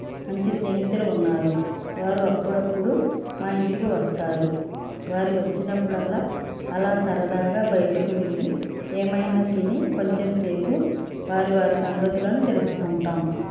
మంచి స్నేహితులు ఉన్నారు వారు అప్పుడప్పుడు మా ఇంటికి వస్తారు వారు వచ్చిన్నపుడు అలా సరదాగా బయటకి వెళ్ళి ఏమైనా తిని కొంచెం సేపు వారి వారి సంగతులను తెలుసుకుంటాం